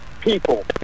people